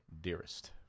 Dearest